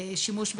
שימוש בקנאביס,